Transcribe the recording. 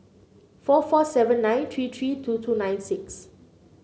four four seven nine three three two two nine six